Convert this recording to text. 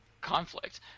conflict